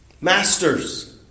Masters